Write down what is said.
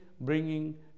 bringing